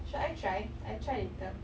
should I try I'll try later